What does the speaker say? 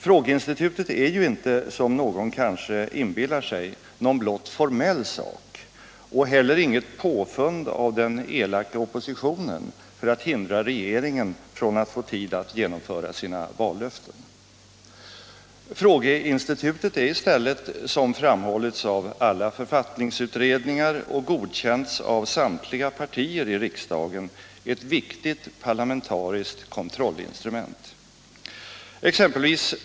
Frågeinstituten är ju inte, som någon kanske inbillar sig, blott en formell sak och inte heller något påfund av den elaka oppositionen för att hindra regeringen från att få tid att genomföra sina vallöften. Det är i stället, som framhållits av alla författningsutredningar och godkänts av samtliga partier i riksdagen, ett viktigt parlamentariskt kontrollinstrument.